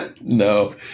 No